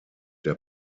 der